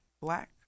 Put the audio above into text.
black